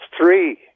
three